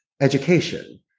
education